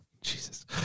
Jesus